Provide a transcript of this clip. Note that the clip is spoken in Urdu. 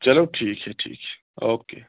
چلو ٹھیک ہے ٹھیک ہے اوکے